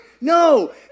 No